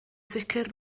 sicr